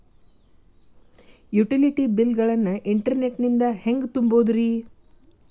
Utility bill ಗಳನ್ನ internet ನಿಂದ ಹೆಂಗ್ ತುಂಬೋದುರಿ?